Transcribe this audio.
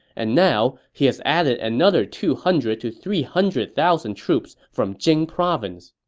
and now, he has added another two hundred to three hundred thousand troops from jing province.